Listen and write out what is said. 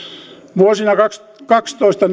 vuosina kaksituhattakaksitoista